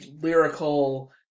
lyrical